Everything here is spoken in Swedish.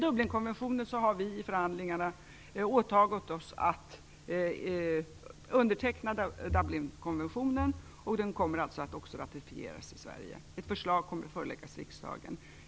Sverige har i förhandlingarna åtagit sig att underteckna Dublinkonventionen. Den kommer alltså även att ratificeras i Sverige. Ett förslag kommer att föreläggas riksdagen.